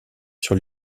sur